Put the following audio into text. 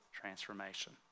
transformation